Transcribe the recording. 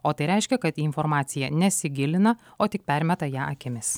o tai reiškia kad į informaciją nesigilina o tik permeta ją akimis